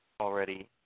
already